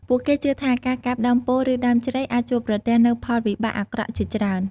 ពួកគេជឿថា ការកាប់ដើមពោធិ៍ឬដើមជ្រៃអាចជួបប្រទះនូវផលវិបាកអាក្រក់ជាច្រើន។